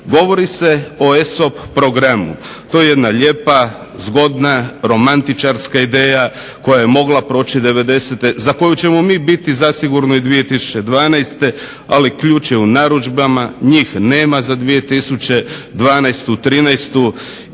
Govori se o ESOP programu. To je jedna lijepa zgodna, romantičarska ideja koja je mogla proći devedesete, za koju ćemo mi biti zasigurno i 2012.ali ključ je u narudžbama, njih nema za 2012., 2013.a